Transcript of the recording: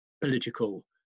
political